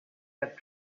had